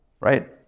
right